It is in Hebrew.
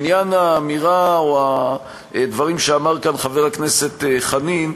לעניין האמירה או הדברים שאמר כאן חבר הכנסת חנין,